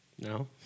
No